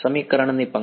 સમીકરણની પંક્તિ